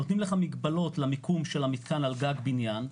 נותנים לך מגבלות למיקום של המתקן על גג בנין,